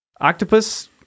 octopus